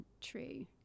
true